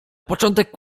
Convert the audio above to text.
początek